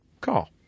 call